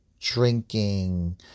drinking